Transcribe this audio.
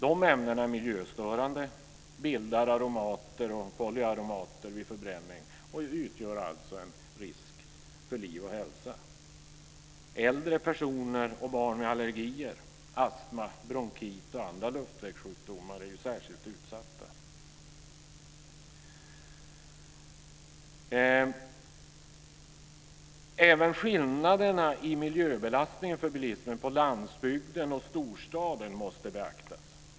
Dessa ämnen är miljöstörande, bildar aromater och polyaromater vid förbränning och utgör en risk för liv och hälsa. Äldre personer och barn med allergier, astma, bronkit och andra luftvägssjukdomar är särskilt utsatta. Även skillnaderna i miljöbelastningen för bilismen på landsbygden och i storstaden måste beaktas.